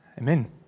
Amen